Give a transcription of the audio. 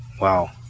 Wow